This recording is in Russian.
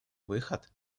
выход